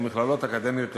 ומכללות אקדמיות לחינוך.